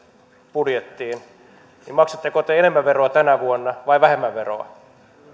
budjettiin niin maksatteko te tänä vuonna enemmän veroa vai vähemmän veroa